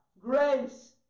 Grace